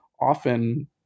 often